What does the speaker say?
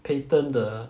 patent the